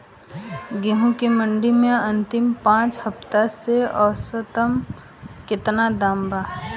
गेंहू के मंडी मे अंतिम पाँच हफ्ता से औसतन केतना दाम बा?